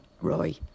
Roy